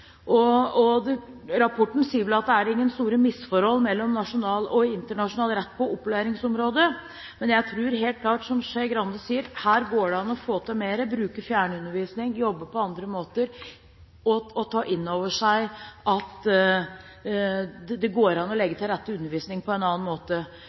Rapporten sier at det er ingen store misforhold mellom nasjonal og internasjonal rett på opplæringsområdet. Men jeg tror helt klart, som representanten Skei Grande sier, at her går det an å få til mer: bruke fjernundervisning, jobbe på andre måter og ta inn over seg at det går an å legge undervisning til rette på en annen måte.